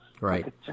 right